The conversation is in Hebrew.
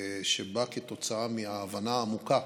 שבא כתוצאה מהבנה העמוקה